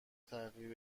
تغییر